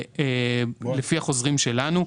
לפי החוזרים שלנו,